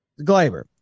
Glaber